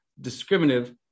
discriminative